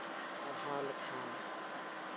ᱯᱟᱲᱦᱟᱣ ᱞᱮᱠᱷᱟᱱ